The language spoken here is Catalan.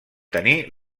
tenir